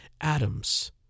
atoms